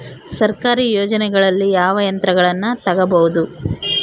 ಸರ್ಕಾರಿ ಯೋಜನೆಗಳಲ್ಲಿ ಯಾವ ಯಂತ್ರಗಳನ್ನ ತಗಬಹುದು?